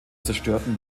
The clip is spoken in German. zerstörten